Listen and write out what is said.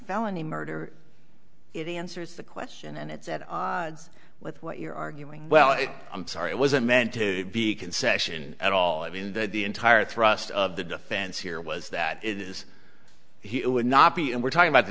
felony murder it answers the question and it's at odds with what you're arguing well i'm sorry it wasn't meant to be a concession at all i mean that the entire thrust of the defense here was that is he would not be and we're talking about the